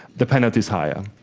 the penalty is higher.